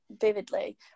vividly